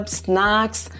snacks